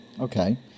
Okay